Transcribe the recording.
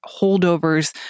holdovers